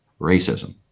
racism